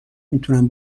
میتونم